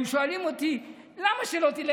הם שואלים אותי: למה שלא תלך,